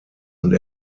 und